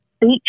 beach